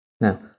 Now